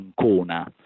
Ancona